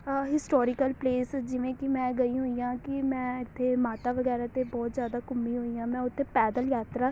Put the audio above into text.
ਹ historical place ਜਿਵੇਂ ਕਿ ਮੈਂ ਗਈ ਹੋਈ ਹਾਂ ਕਿ ਮੈਂ ਇੱਥੇ ਮਾਤਾ ਵਗੈਰਾ ਤੇ ਬਹੁਤ ਜ਼ਿਆਦਾ ਘੁੰਮੀ ਹੋਈ ਹਾਂ ਮੈਂ ਉੱਥੇ ਪੈਦਲ ਯਾਤਰਾ